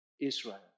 Israel